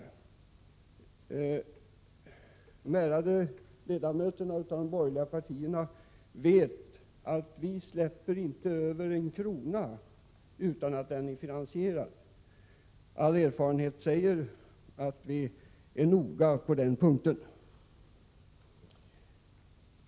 De ärade ledamöterna i de borgerliga partierna vet att vi inte släpper igenom en krona utan att den är finansierad — all erfarenhet säger att vi är noga på den punkten.